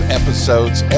episodes